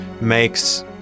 makes